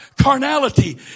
Carnality